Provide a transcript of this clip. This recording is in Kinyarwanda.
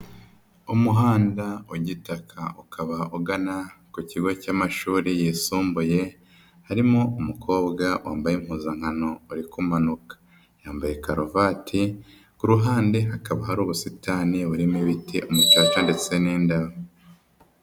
Umuhanda w'igitaka ukaba ugana ku kigo cy'amashuri yisumbuye, harimo umukobwa wambaye impuzankano uri kumanuka. Yambaye karuvati, ku ruhande hakaba hari ubusitani burimo ibiti, umucaca ndetse n'indaro.